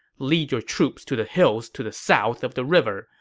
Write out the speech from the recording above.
lead your troops to the hills to the south of the river.